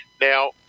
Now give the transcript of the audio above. Now